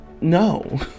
no